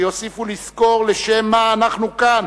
שיוסיפו לזכור לשם מה אנחנו כאן,